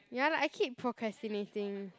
ya like I keep procrastinating